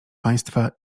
państwa